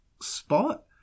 spot